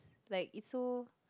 like it's so